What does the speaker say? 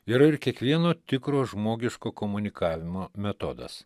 yra ir kiekvieno tikro žmogiško komunikavimo metodas